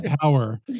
power